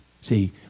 See